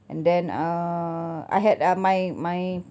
and then err I had uh my my